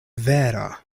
vera